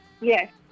Yes